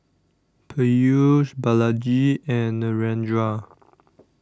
Peyush Balaji and Narendra